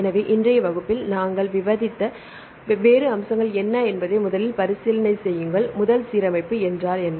எனவே இன்றைய வகுப்பில் நாங்கள் விவாதித்த வெவ்வேறு அம்சங்கள் என்ன என்பதை முதலில் மறுபரிசீலனை செய்யுங்கள் முதல் சீரமைப்பு என்றால் என்ன